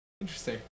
interesting